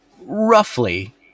roughly